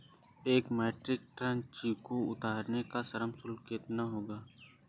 एक metric ton चीकू उतारने का श्रम शुल्क कितना होगा?